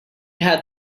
had